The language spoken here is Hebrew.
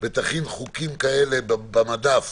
ותכין חוקים כאלה על המדף